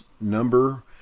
number